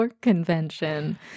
convention